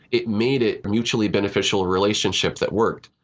it made it a mutually beneficial relationship that worked.